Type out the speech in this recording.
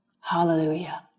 hallelujah